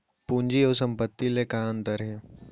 पूंजी अऊ संपत्ति ले का अंतर हे?